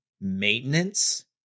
maintenance